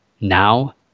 now